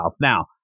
now